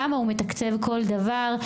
כמה הוא מתקצב כל דבר,